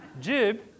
Jib